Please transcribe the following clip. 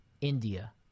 India